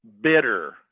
Bitter